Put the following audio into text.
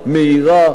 מהירה,